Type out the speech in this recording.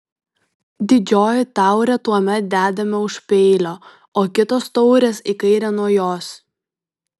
didžioji taurė tuomet dedama už peilio o kitos taurės į kairę nuo jos